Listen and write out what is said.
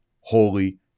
holy